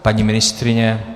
Paní ministryně?